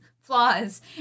flaws